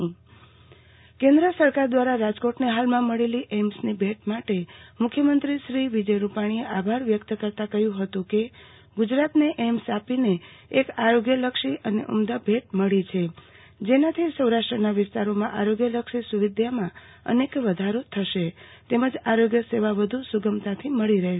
આરતી ભદ્દ મ્ખ્યમંત્રી એઈમ્સ કેન્દ્ર સરકાર દ્વારા રાજકોટને હાલમાં મળેલ એઈમ્સની ભેટ માટે મુખ્યમંત્રી શ્રી વિજય રૂપની એ આ બહાર વ્યક્ત કરતા કહ્યું હતું કે ગુજરાતને એઈમ્સ આપીને એક આરોગ્યલક્ષી અને ઉમદા ભેટ મળી છે જેનાથી સૌરાષ્ટ્રના વિસ્તારોમાં આરોગ્યલક્ષી સુવિધામાં અનેક ઘણો વધારો થશે તેમજ આરોગ્ય સેવા વધુ સુગમતા થી મળી રહેશે